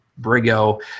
Brigo